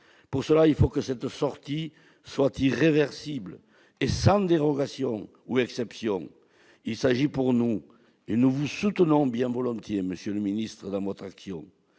Pour cela, il faut que cette sortie soit irréversible et sans dérogation ou exception. Pour nous, il s'agit- et nous vous soutenons bien volontiers, monsieur le ministre d'État, dans votre action